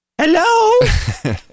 Hello